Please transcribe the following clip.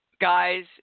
Guys